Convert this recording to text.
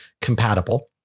compatible